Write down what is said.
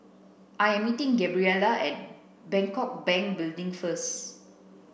I am meeting Gabriella at Bangkok Bank Building first